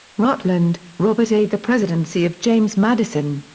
rutland, robert a. the presidency of james madison.